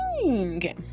Okay